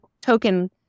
token